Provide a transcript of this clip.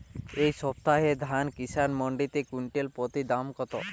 এই সপ্তাহে ধান কিষান মন্ডিতে কুইন্টাল প্রতি দাম কত?